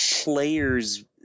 players